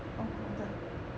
oh 好的